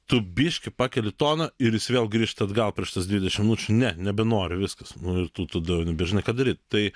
tu biškį pakeli toną ir jis vėl grįžta atgal prieš tuos dvidešimt minučių ne nebenoriu viskas nu ir tu tada nebežinai ką daryt tai